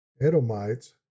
Edomites